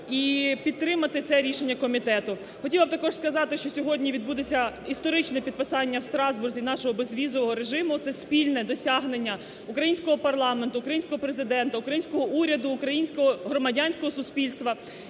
і підтримати це рішення комітету. Хотіла б також сказати, що сьогодні відбудеться історичне підписання в Страсбурзі нашого безвізового режиму. Це спільне досягнення українського парламенту, українського Президента, українського уряду, українського громадянського суспільства.